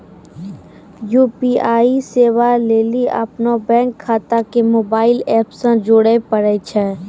UPI सेबा लेली अपनो बैंक खाता के मोबाइल एप से जोड़े परै छै